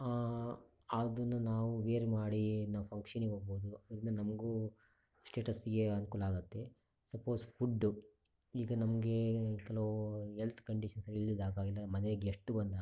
ಅದನ್ನು ನಾವು ವೇರ್ ಮಾಡಿ ನಾವು ಫಂಕ್ಷನಿಗೆ ಹೋಗ್ಬೋದು ಇಲ್ಲ ನಮಗೂ ಸ್ಟೇಟಸ್ಗೆ ಅನುಕೂಲ ಆಗುತ್ತೆ ಸಪೋಸ್ ಫುಡ್ ಈಗ ನಮಗೆ ಕೆಲವು ಹೆಲ್ತ್ ಕಂಡೀಷನ್ ಸರಿ ಇಲ್ಲದೇ ಇದ್ದಾಗ ಇಲ್ಲ ಮನೆಗೆ ಗೆಸ್ಟ್ ಬಂದಾಗ